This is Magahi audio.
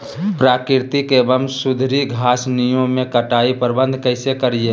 प्राकृतिक एवं सुधरी घासनियों में कटाई प्रबन्ध कैसे करीये?